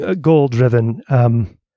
goal-driven